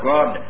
God